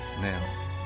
now